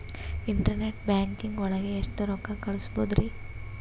Internet banking ಒಳಗೆ ಎಷ್ಟ್ ರೊಕ್ಕ ಕಲ್ಸ್ಬೋದ್ ರಿ?